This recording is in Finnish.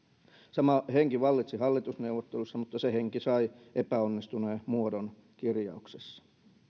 sama henki vallitsi hallitusneuvotteluissa mutta se henki sai epäonnistuneen muodon kirjauksessa